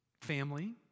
family